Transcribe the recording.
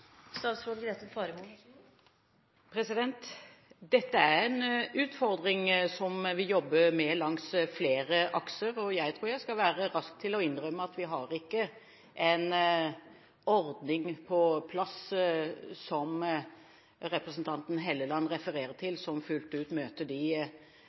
Dette er en utfordring som vi jobber med langs flere akser, og jeg tror jeg skal være rask til å innrømme at vi ikke har en ordning på plass, som representanten Helleland refererer til, som fullt ut møter de